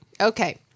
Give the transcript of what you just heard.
Okay